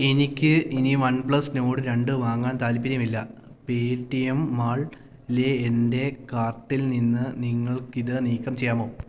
എനിക്ക് ഇനി OnePlus Nord രണ്ട് വാങ്ങാൻ താൽപ്പര്യമില്ല പേടിഎം മാളിലെ എൻ്റെ കാർട്ടിൽ നിന്ന് നിങ്ങൾക്കിത് നീക്കം ചെയ്യാമോ